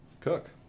Cook